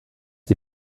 die